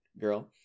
girl